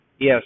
yes